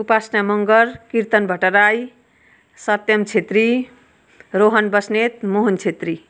Upasana Magar Kirtan Bhattarai Satyam Chhetri Rohan Basnet Mohan Chhetri